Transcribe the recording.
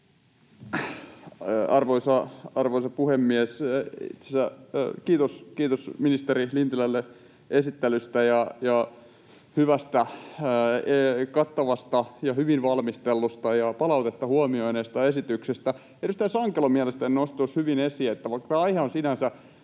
Arvoisa puhemies! Itse asiassa kiitos ministeri Lintilälle esittelystä ja hyvästä, kattavasta ja hyvin valmistellusta ja palautetta huomioineesta esityksestä. Edustaja Sankelo mielestäni nosti tuossa hyvin esiin, että vaikka tämä aihe on sinänsä